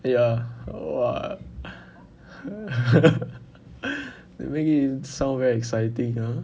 ya !wah! they make it sound very exciting you know